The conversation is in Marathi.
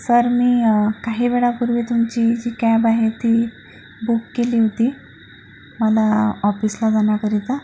सर मी काही वेळापूर्वी तुमची जी कॅब आहे ती बुक केली होती मला ऑफिसला जाण्याकरिता